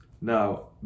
Now